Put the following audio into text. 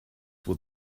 will